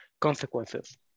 consequences